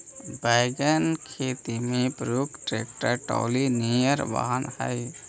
wagon खेती में प्रयुक्त ट्रैक्टर ट्रॉली निअन वाहन हई